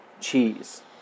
cheese